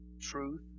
truth